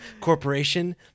Corporation